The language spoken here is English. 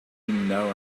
know